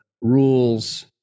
rules